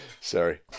sorry